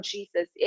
Jesus